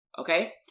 okay